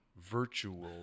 virtual